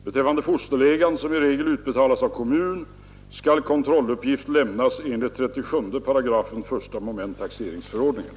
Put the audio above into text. Beträffande fosterlegan, som i regel utbetalas av kommun, skall kontrolluppgift lämnas enligt 37 § I mom. taxeringsförordningen.